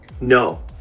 No